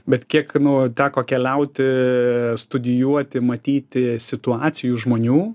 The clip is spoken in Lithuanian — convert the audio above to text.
bet kiek nu teko keliauti studijuoti matyti situacijų žmonių